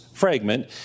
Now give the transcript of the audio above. fragment